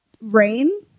rain